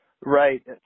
Right